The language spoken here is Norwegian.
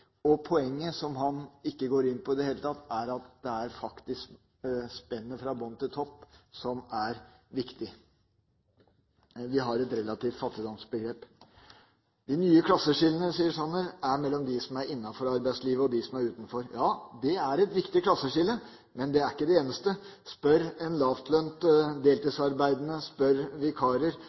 det poenget som han ikke går inn på i det hele tatt, er at det faktisk er spennet fra bånn til topp som er viktig. Vi har et relativt fattigdomsbegrep. De nye klasseskillene, sier Sanner, er mellom dem som er innenfor arbeidslivet, og dem som er utenfor. Ja, det er et viktig klasseskille, men det er ikke det eneste. Spør en lavtlønnet deltidsarbeidende. Spør vikarer.